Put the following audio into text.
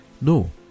No